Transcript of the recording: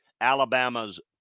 Alabama's